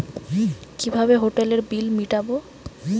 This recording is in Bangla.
কিভাবে হোটেলের বিল মিটাব?